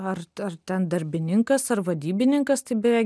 ar ar ten darbininkas ar vadybininkas tai beje